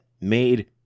made